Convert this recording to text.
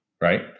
Right